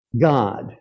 God